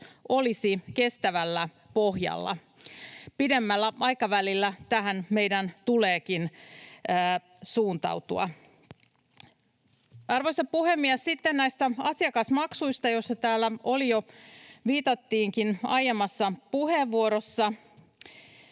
olisi kestävällä pohjalla. Pidemmällä aikavälillä tähän meidän tuleekin suuntautua. Arvoisa puhemies! Sitten näistä asiakasmaksuista, joihin täällä jo viitattiinkin aiemmassa puheenvuorossa.